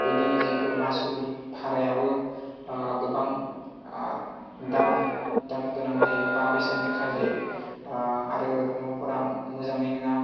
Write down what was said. बिनि जिहेथु मासुल भारायाबो गोबां दाम दामगोनां जायो एबा बेसेन गोसा जायो आरो न'फोरा मोजाङै नङा